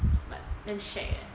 but damn shag eh